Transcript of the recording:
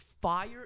fire